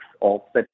offset